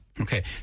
Okay